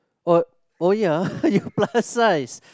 oh oh ya you plus size